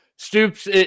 Stoops